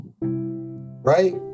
right